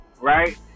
right